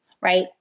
Right